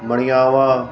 बढ़ियावा